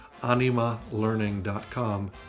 AnimaLearning.com